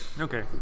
okay